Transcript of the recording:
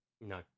No